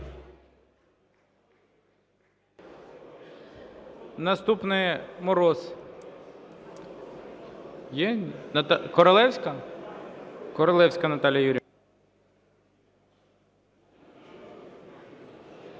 Наступний - Мороз. Є? Королевська? Королевська Наталія Юріївна.